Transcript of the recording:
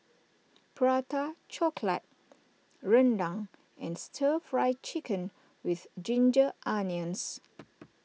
Prata Chocolate Rendang and Stir Fry Chicken with Ginger Onions